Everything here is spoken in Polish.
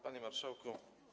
Panie Marszałku!